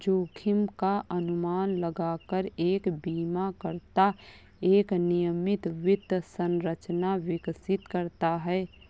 जोखिम का अनुमान लगाकर एक बीमाकर्ता एक नियमित वित्त संरचना विकसित करता है